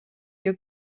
your